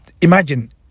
imagine